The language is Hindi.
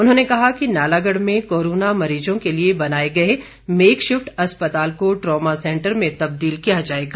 उन्होंने कहा कि नालागढ़ में कोरोना मरीजों के लिए बनाए गए मेकशिफ्ट अस्पताल को ट्रामा सेंटर में तब्दील किया जाएगा